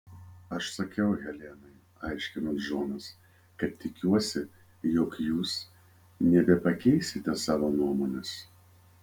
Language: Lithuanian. aš sakiau helenai aiškino džonas kad tikiuosi jog jūs nebepakeisite savo nuomonės